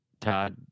Todd